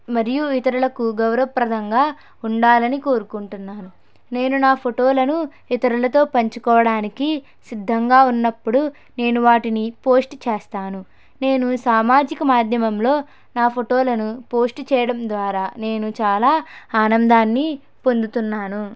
మరియు ఇతరులకు గౌరవ ప్రదంగా ఉండాలని కోరుకుంటున్నాను నేను నా ఫోటోలను ఇతరులతో పంచుకోవడానికి సిద్ధంగా ఉన్నప్పుడు నేను వాటిని పోస్ట్ చేస్తాను నేను సామాజిక మాధ్యమంలో నా ఫోటోలను పోస్ట్ చేయడం ద్వారా నేను చాలా ఆనందాన్ని పొందుతున్నాను